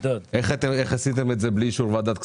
איך עשיתם את זה בלי אישור ועדת הכספים?